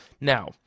Now